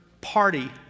party